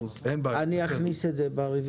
אני אכניס אותו ברוויזיה.